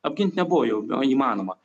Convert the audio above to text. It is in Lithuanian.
apgint nebuvo jau įmanoma